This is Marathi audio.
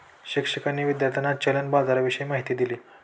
शिक्षकांनी विद्यार्थ्यांना चलन बाजाराविषयी माहिती दिली